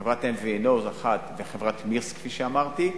חברת MVNO אחת וחברת "מירס", כפי שאמרתי.